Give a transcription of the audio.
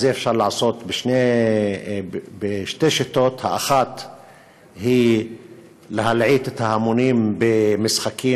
את זה אפשר לעשות בשתי שיטות: האחת היא להלעיט את ההמונים במשחקים,